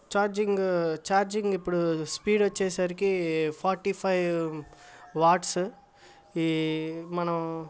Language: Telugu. ఛార్జింగ్ ఛార్జింగ్ ఇప్పుడు స్పీడ్ వచ్చేసరికి ఫార్టీ ఫైవ్ వాట్స్ ఈ మనం